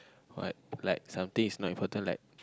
what like something is not important like